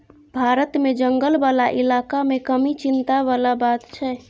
भारत मे जंगल बला इलाका मे कमी चिंता बला बात छै